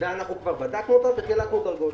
ואנחנו כבר בדקנו אותן וחילקנו דרגות.